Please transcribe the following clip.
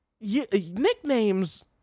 nicknames